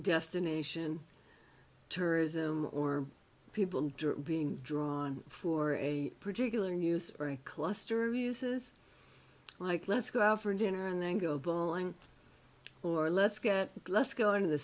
destination tourism or people being drawn for a particular use or a cluster of uses like let's go out for dinner and then go bowling or let's get let's go to the